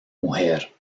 mujer